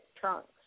trunks